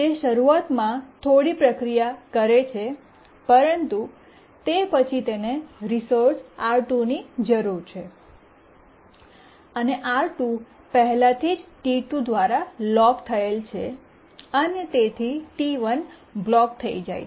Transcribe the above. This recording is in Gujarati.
તે શરૂઆતમાં થોડી પ્રક્રિયા કરે છે પરંતુ તે પછી તેને રિસોર્સ R2 ની જરૂર છે અને R2 પહેલાથી જ T2 દ્વારા લોક થયેલ છે અને તેથી T1 બ્લોક થઈ જાય છે